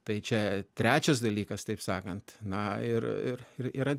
tai čia trečias dalykas taip sakant na ir ir ir yra